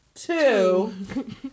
Two